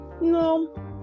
No